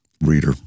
reader